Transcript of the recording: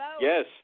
Yes